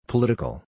Political